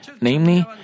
Namely